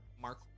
Mark